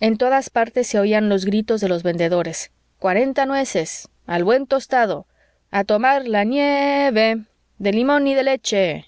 en todas partes se oían los gritos de los vendedores cuarenta nueces al buen tostado a tomar la niii eve de limón y de leche